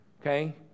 Okay